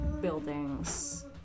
buildings